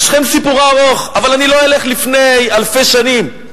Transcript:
שכם, סיפורה ארוך, אבל אני לא אלך לפני אלפי שנים.